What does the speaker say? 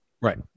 Right